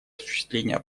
осуществления